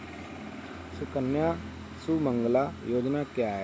सुकन्या सुमंगला योजना क्या है?